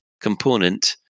component